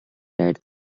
died